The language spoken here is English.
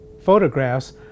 photographs